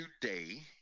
today